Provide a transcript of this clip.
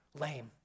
lame